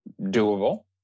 doable